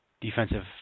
defensive